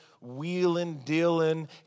wheeling-dealing